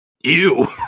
Ew